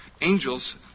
Angels